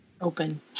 open